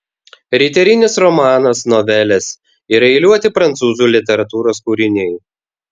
riterinis romanas novelės ir eiliuoti prancūzų literatūros kūriniai